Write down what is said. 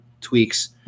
tweaks